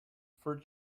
for